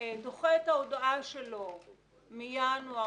דוחה את ההודעה שלו מינואר,